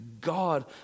God